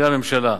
עם הממשלה,